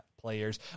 players